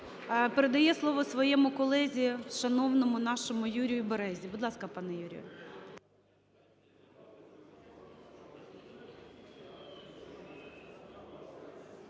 Передає слово своєму колезі шановному нашому Юрію Березі. Будь ласка, пане Юрію.